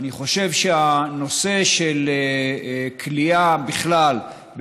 אני חושב שהנושא של כליאה בכלל,